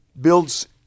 builds